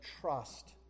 trust